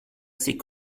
ses